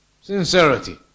Sincerity